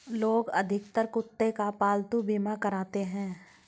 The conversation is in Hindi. लोग अधिकतर कुत्ते का पालतू बीमा कराते हैं